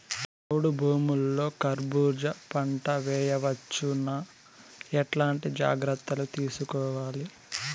చౌడు భూముల్లో కర్బూజ పంట వేయవచ్చు నా? ఎట్లాంటి జాగ్రత్తలు తీసుకోవాలి?